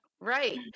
right